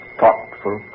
thoughtful